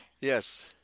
Yes